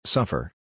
Suffer